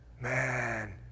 Man